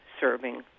serving